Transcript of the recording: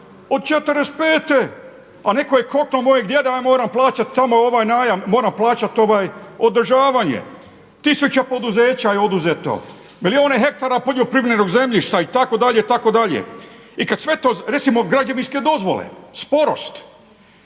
od '45. a neko je koknuo mog djeda ja moram plaćati tamo ovaj najam, moram plaćati održavanje. Tisuće poduzeća je oduzeto, milijune hektara poljoprivrednog zemljišta itd., itd. Recimo građevinske dozvole, sporost,